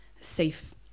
safe